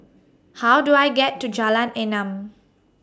How Do I get to Jalan Enam